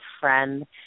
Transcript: friend